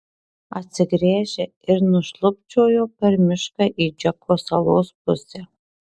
apsigręžė ir nušlubčiojo per mišką į džeko salos pusę